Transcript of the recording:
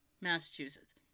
Massachusetts